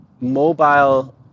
mobile